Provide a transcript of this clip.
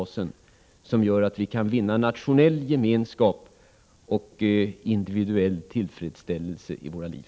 Och denna gemensamma kulturbas gör att vi kan vinna nationell gemenskap och individuell tillfredsställelse i våra liv.